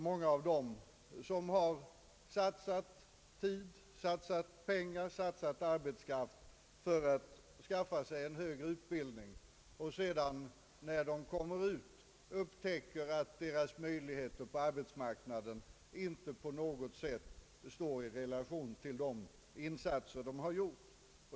Många av dem som satsat tid, pengar och arbete för att skaffa sig utbildning upptäcker när de sedan kommer ut i arbetslivet att deras möjligheter på arbetsmarknaden på intet sätt står i relation till de satsningar de gjort.